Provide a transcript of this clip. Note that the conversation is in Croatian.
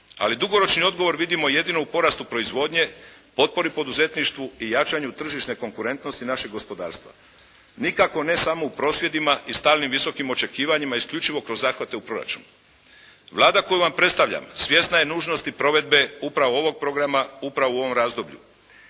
Ali dugoročni odgovor vidimo jedino u porastu proizvodnje, potpori poduzetništvu i jačanju tržišne konkurentnosti našeg gospodarstva. Nikako ne samo u prosvjedima i stalnim visokim očekivanjima isključivo kroz zahvate u proračun. Vlada koju vam predstavljam svjesna je nužnosti provedbe upravo ovog programa upravo u ovom razdoblju.